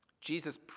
Jesus